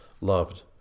loved